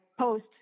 post